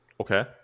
okay